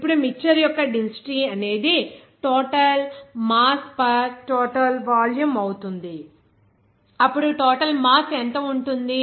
ఇప్పుడు మిక్చర్ యొక్క డెన్సిటీ అనేది total mass per total volume అవుతుంది అప్పుడు టోటల్ మాస్ ఎంత ఉంటుంది